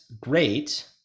great